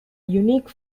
unique